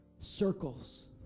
circles